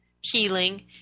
healing